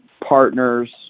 partners